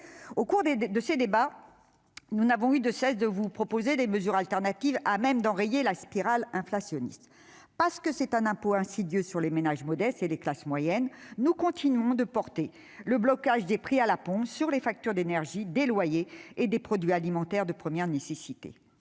Au cours de ces débats, nous n'avons eu de cesse de vous proposer des mesures de substitution à même d'enrayer la spirale inflationniste. Parce que c'est un impôt insidieux sur les ménages modestes et les classes moyennes, nous continuons de porter le blocage des prix : à la pompe, sur les factures d'énergie, pour les loyers et les produits alimentaires de première nécessité.